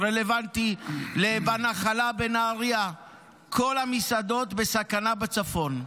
רלוונטי ל"בנחלה" בנהריה כל המסעדות בסכנה בצפון.